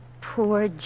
Poor